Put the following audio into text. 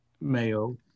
mayo